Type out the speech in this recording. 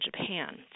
Japan